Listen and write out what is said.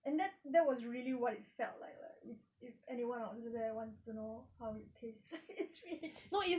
and that that was really what it felt like [what] if if anyone out there wants to know how it tastes it's rich